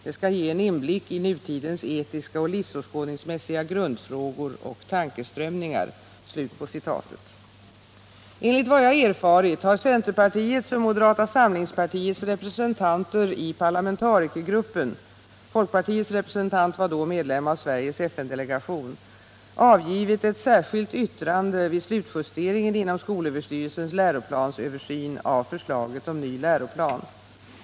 Den skall ge en inblick i nutidens etiska och livsåskådningsmässiga grundfrågor och tankeströmningar.” Enligt vad jag erfarit har centerpartiets och moderata samlingspartiets representanter i parlamentarikergruppen — folkpartiets representant var då medlem av Sveriges FN-delegation — avgivit ett särskilt yttrande vid slutjusteringen inom skolöverstyrelsens läroplansöversyn av förslaget om ny läroplan.